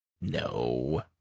No